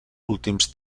últims